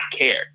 care